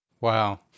Wow